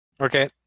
Okay